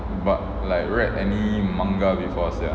but like read any manga before sia